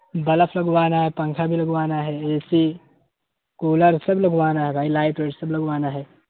bulb لگوانا ہے پنکھا بھی لگوانا ہے اے سی کولر سب لگوانا ہے بھائی لائٹ وائٹ سب لگوانا ہے